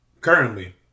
currently